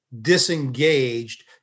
disengaged